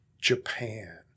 Japan